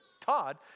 Todd